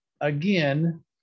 again